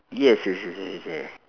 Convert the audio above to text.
yes yes yes yes yes